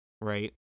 right